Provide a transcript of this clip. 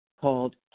called